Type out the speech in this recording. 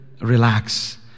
relax